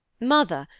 mother,